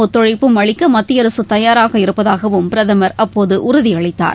ஒத்துழைப்பும் அளிக்கமத்தியஅரசுதயாராக இருப்பதாகவும் பிரதமள் அப்போதுஉறுதியளித்தார்